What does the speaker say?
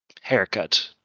haircut